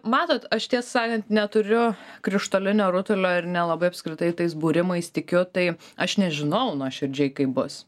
matot aš tiesą sakant neturiu krištolinio rutulio ir nelabai apskritai tais būrimais tikiu tai aš nežinau nuoširdžiai kaip bus